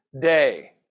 day